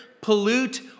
pollute